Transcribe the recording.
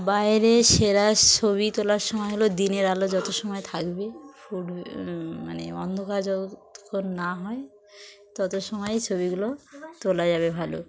বাইরে সেরা ছবি তোলার সময় হলো দিনের আলো যত সময় থাকবে ফুট মানে অন্ধকার যতক্ষণ না হয় তত সময় ছবিগুলো তোলা যাবে ভালো